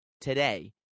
today